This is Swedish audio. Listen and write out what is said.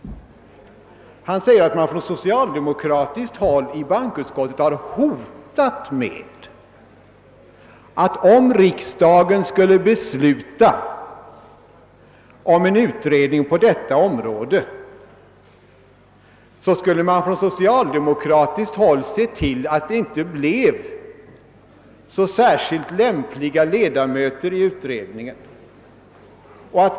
Han sade att de socialdemokratiska ledamöterna i bankoutskottet hade hotat med att om riksdagen skulle besluta om en utredning på detta område, skulle man från socialdemokratiskt håll se till att det inte blev så särskilt lämpliga ledamöter i utredningen.